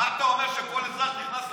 מה אתה אומר שכל אזרח נכנס לסופר,